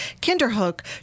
Kinderhook